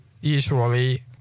usually